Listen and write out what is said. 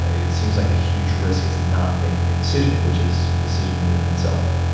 ah it seems like a huge risk is not making a decision, which is a decision in and of itself.